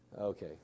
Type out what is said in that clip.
Okay